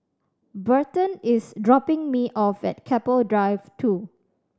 Burton is dropping me off at Keppel Drive Two